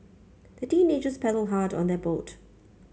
the teenagers paddled hard on their boat